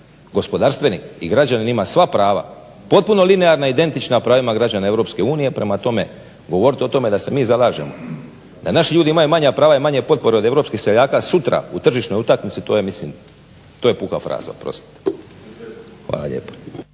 gospodarstvenik i građanin ima sva prava potpuno linearna i identična pravima građana EU. Prema tome, govoriti o tome da se mi zalažemo da naši ljudi imaju manja prava i manje potpore od europskih seljaka sutra u tržišnoj utakmici to je mislim puka fraza, oprostite. Hvala lijepa.